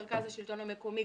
מרכז השלטון המקומי,